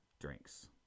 drinks